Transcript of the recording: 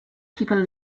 people